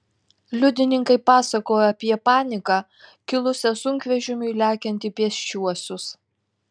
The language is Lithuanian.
liudininkai pasakojo apie paniką kilusią sunkvežimiui lekiant į pėsčiuosius